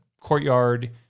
courtyard